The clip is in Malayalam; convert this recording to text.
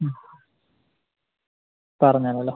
മ് പറഞ്ഞേനെ അല്ലേ